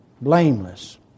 Blameless